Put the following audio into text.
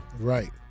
Right